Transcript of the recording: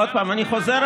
אגב, אם לא,